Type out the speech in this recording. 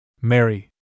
Mary